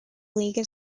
league